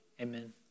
amen